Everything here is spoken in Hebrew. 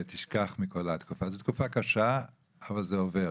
ושתשכח מכל התקופה --- זו תקופה קשה אבל זה עובר.